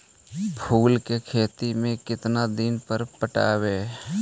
फूल के खेती में केतना दिन पर पटइबै?